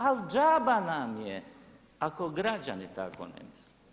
Ali džaba nam je ako građani tako ne mislite.